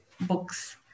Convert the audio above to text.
books